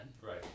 Right